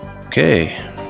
Okay